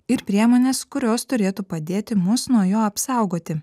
ir priemones kurios turėtų padėti mus nuo jo apsaugoti